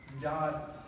God